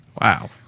Wow